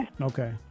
Okay